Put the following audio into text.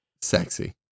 Sexy